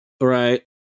Right